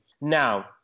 Now